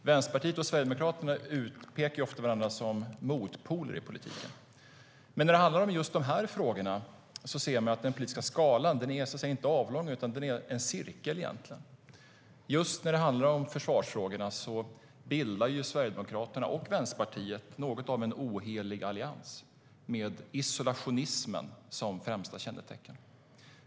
Vänsterpartiet och Sverigedemokraterna utpekar ofta varandra som motpoler i politiken, men när det handlar om dessa frågor ser vi att den politiska skalan inte är avlång utan cirkelformad. När det handlar om försvarsfrågorna bildar Sverigedemokraterna och Vänsterpartiet något av en ohelig allians med isolationismen som främsta kännetecken.